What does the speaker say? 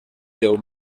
deu